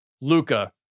Luca